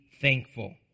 thankful